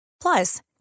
Plus